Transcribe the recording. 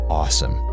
awesome